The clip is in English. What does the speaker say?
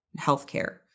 healthcare